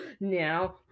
Now